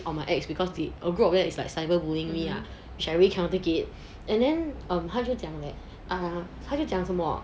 on my ex because the a group of them were like cyber bullying me lah and then I really cannot take it 他就讲 that 他就讲什么